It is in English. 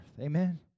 Amen